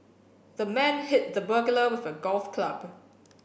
the man hit the burglar with a golf club